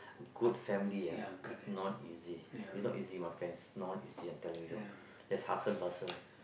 good family ya is not easy you know easy my friends not easy I'm telling you there's hustle bustle